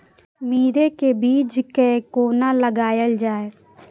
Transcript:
मुरे के बीज कै कोना लगायल जाय?